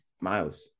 miles